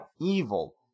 evil